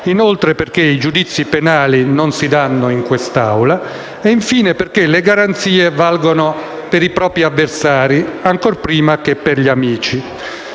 poi perché i giudizi penali non si danno in questa Assemblea e, infine, perché le garanzie valgono per i propri avversari ancora prima che per gli amici.